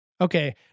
Okay